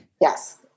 Yes